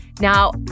Now